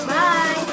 Bye